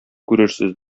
күрерсез